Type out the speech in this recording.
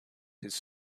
his